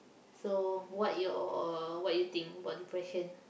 so what your what you think about depression